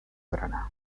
grana